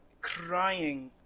crying